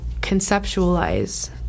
conceptualize